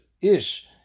Ish